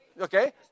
okay